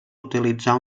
utilitzar